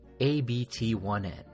ABT1N